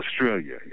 Australia